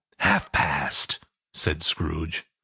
half-past! said scrooge.